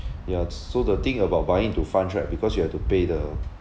ya s~ so the thing about buying into funds right because you have to pay the